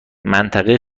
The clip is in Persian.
منطقه